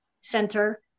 center